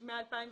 מ-2005,